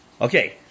Okay